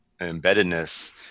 embeddedness